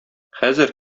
хәзер